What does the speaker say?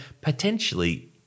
potentially